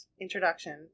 introduction